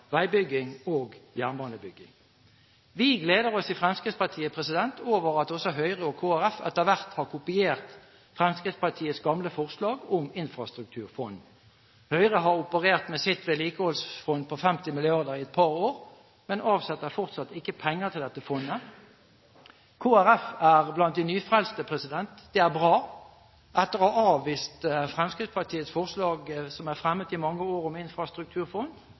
veibygging og jernbanebygging. Vi i Fremskrittspartiet gleder oss over at også Høyre og Kristelig Folkeparti etter hvert har kopiert Fremskrittspartiets gamle forslag om infrastrukturfond. Høyre har operert med sitt vedlikeholdsfond på 50 mrd. kr i et par år, men avsetter fortsatt ikke penger til dette fondet. Kristelig Folkeparti er blant de nyfrelste. Det er bra. Etter å ha avvist Fremskrittspartiets forslag om infrastrukturfond, som er fremmet i mange år,